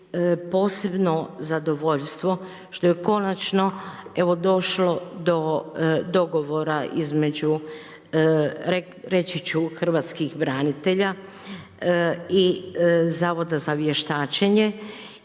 posebno zadovoljstvo što je konačno evo došlo do dogovora između reći ću hrvatskih branitelja i zavoda za vještačenje.